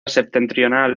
septentrional